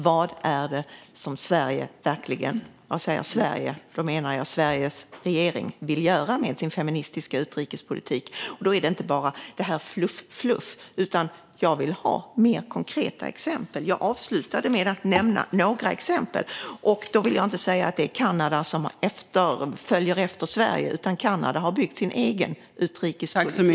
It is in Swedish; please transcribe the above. Vad är det som Sveriges regering vill göra med sin feministiska utrikespolitik? Det är inte bara detta fluff-fluff jag vill höra om, utan jag vill ha mer konkreta exempel. Jag avslutade tidigare med att nämna några exempel, och jag vill inte säga att det är Kanada som följer efter Sverige, utan Kanada har byggt sin egen utrikespolitik.